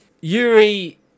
yuri